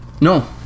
No